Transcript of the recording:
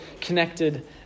connected